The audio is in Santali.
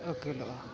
ᱟᱹᱠᱤᱞᱚᱜᱼᱟ